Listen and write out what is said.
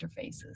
interfaces